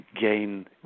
gain